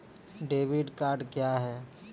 Debit card क्या हैं?